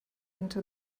into